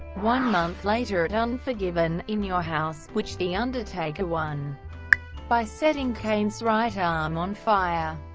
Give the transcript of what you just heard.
one month later at unforgiven in your house, which the undertaker won by setting kane's right arm on fire.